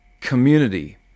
community